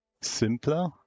simpler